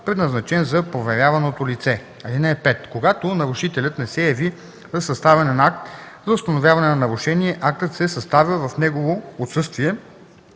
предназначен за проверяваното лице. (5) Когато нарушителят не се яви за съставяне на акт за установяване на нарушение, актът се съставя в негово отсъствие